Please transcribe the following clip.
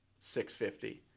650